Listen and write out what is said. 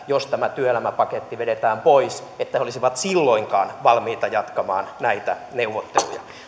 jos tämä työelämäpaketti vedetään pois olisivat silloinkaan valmiita jatkamaan näitä neuvotteluja